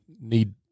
need